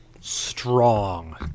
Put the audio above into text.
strong